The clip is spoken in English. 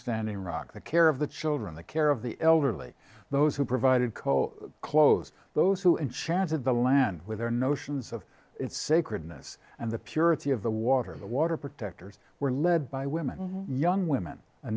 standing rock the care of the children the care of the elderly those who provided coal clothes those who in chance of the land with their notions of sacredness and the purity of the water the water protectors were led by women young women a